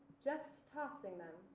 just tossing them.